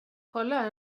kolla